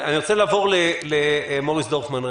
אני רוצה לעבור למוריס דורפמן.